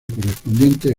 correspondiente